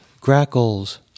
grackles